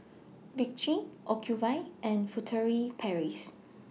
Vichy Ocuvite and Furtere Paris